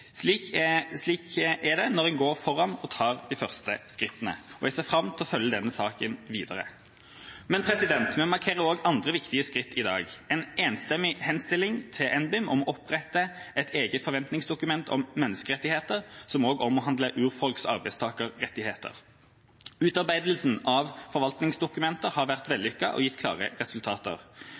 Slik er det når en går foran og tar de første skrittene. Jeg ser fram til å følge denne saken videre. Vi markerer også andre viktige skritt i dag: en enstemmig henstilling til NBIM om å opprette et eget forventningsdokument om menneskerettigheter, som også omhandler urfolks- og arbeidstakerrettigheter. Utarbeidelsen av forventningsdokumenter har vært vellykket og gitt klare resultater.